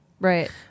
Right